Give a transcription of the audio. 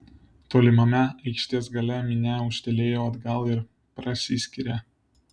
tolimame aikštės gale minia ūžtelėjo atgal ir prasiskyrė